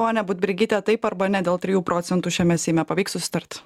ponia budbergyte taip arba ne dėl trijų procentų šiame seime pavyks susitart